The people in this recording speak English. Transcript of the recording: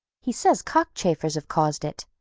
he says cockchafers have caused it.